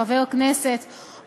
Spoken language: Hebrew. חבר כנסת,